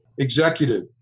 executive